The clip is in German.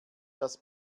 das